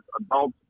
adults